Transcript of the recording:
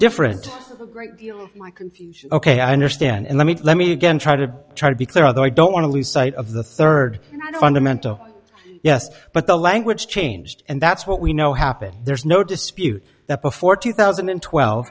different ok i understand and let me let me again try to try to be clear although i don't want to lose sight of the third fundamental yes but the language changed and that's what we know happened there's no dispute that before two thousand and twelve